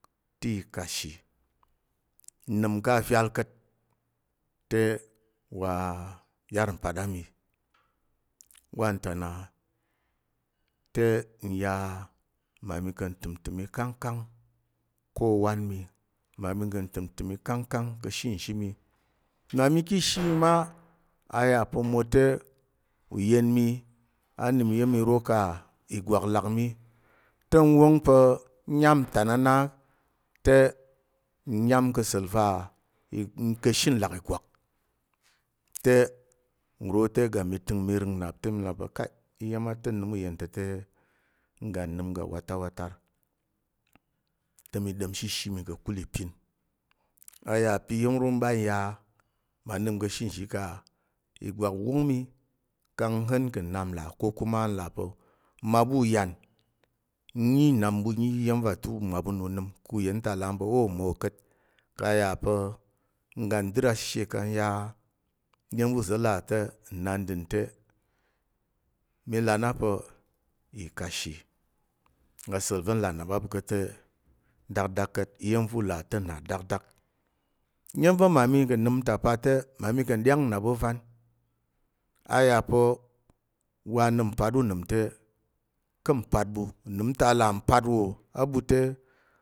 Te i kashi n nəm ka vyal ka̱t te wa yar mpat a mi wanta na te nya mma ka̱ ntəm ntəm ikangkang ko wan mi. Mmami ka̱ ntəm ntəm ikangkang ka̱she nzhi mi. Mmami ki ishi mi ma a yà pa̱ mwote uyen mi a nəm iya̱m iro kang ìgwak lak mi te n wong pa̱ n nyám ntan a na te, n nyám ka̱ sa̱l va ka̱she nlàk ìgwak te, nro te mi ga mi rəng nnap te mi là pa̱ iya̱m a ta̱ n nəm ûyen ta̱ te n ngga n nəm ga watar watar. Te mi ɗa̱mshi ishi mi ka̱kul ipin a ya pa̱ iro mɓa nya mma nəm ka̱she nzhi ka ìgwak wong mi kang n gha̱n ka̱ nnap nlà ko kuma nlà pa̱ mmaɓu uyan nyi nnap ɓu nyi iya̱m va ta̱ mmaɓu na u nəm ka̱ uyen ta là a mi pa̱ o'o mmawo ka̱t. Ka a ya pa̱ ngga n dər ashishe ka n ya iya̱m va̱ uza̱ là te nnandər te, mi là a na pa̱ ikashi. Asa̱l va̱ n là nnap a ɓu ko te dakdak ka̱t iya̱m va̱ u là te nna dakdak. Iya̱m va̱ mmami ka̱ nəm ta̱ pa te, mmami ka̱ nɗyang nnap ôvan. A ya pa̱ wa nəm mpat unəm te ka̱m mpat ɓu, unəm ta a là mpat wò a ɓu te,